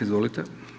Izvolite.